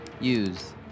Use